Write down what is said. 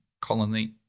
colony